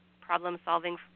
problem-solving